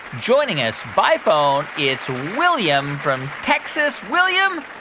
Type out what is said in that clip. joining us by phone, it's william from texas. william,